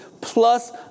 plus